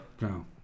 no